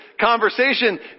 conversation